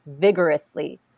vigorously